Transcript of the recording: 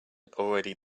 already